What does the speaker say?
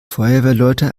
feuerwehrleute